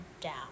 down